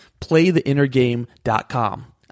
Playtheinnergame.com